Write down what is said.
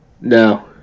No